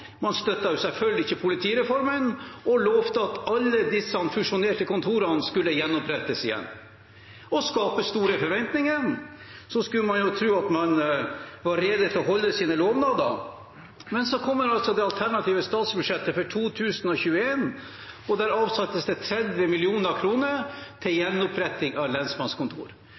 Man støttet selvfølgelig ikke politireformen og lovte at alle disse fusjonerte kontorene skulle gjenopprettes. Man skapte store forventninger, og da skulle man jo tro at man var rede til å holde sine lovnader. Men så kommer altså det alternative statsbudsjettet for 2021, og der avsettes det 30 mill. kr til gjenoppretting av lensmannskontor.